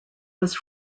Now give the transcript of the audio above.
was